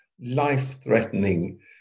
life-threatening